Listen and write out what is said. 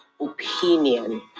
opinion